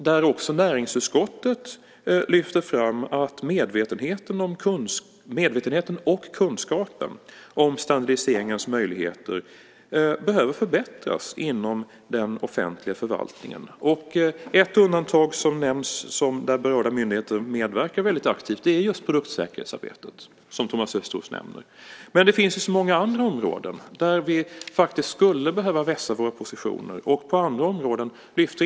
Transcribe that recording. Men också näringsutskottet lyfter fram att medvetenheten och kunskapen om standardiseringens möjligheter behöver förbättras inom den offentliga förvaltningen. Ett undantag som nämns och där berörda myndigheter medverkar väldigt aktivt är just produktsäkerhetsarbetet, som Thomas Östros nämner. Men det finns så många andra områden där vi faktiskt skulle behöva vässa våra positioner.